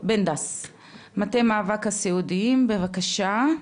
מטה המאבק הסיעודיים, בבקשה.